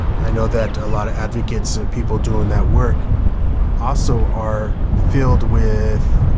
i know that a lot of advocates or people doing that work also are filled with